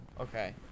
okay